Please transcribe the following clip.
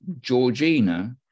Georgina